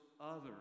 others